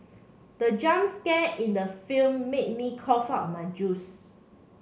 the jump scare in the film made me cough out my juice